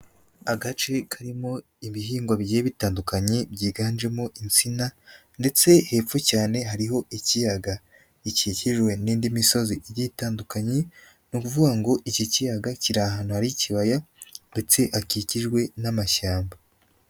Agace karimo ibihingwa bigiye bitandukanye byiganjemo insina, ndetse hepfo cyane hariho ikiyaga gikikijwe n'indi misozi igiye itandukanye, ni ukuvuga ngo iki kiyaga kiri ahantu hari ikibaya ndetse hakikijwe n'amashyamba.